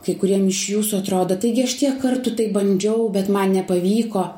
kai kuriem iš jūsų atrodo taigi aš tiek kartų taip bandžiau bet man nepavyko